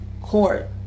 court